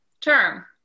term